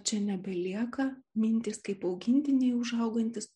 čia nebelieka mintys kaip augintiniai užaugantys